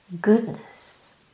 goodness